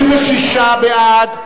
36 בעד,